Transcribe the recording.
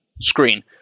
screen